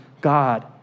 God